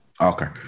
Okay